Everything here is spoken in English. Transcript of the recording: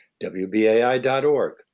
WBAI.org